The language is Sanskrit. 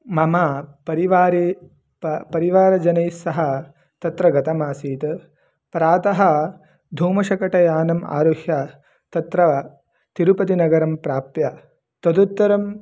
मम परिवारे प परिवारजनैस्सह तत्र गतमासीत् प्रातः धूमशकटयानम् आरुह्य तत्र तिरुपतिनगरं प्राप्य तदुत्तरं